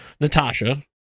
Natasha